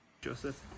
Joseph